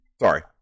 sorry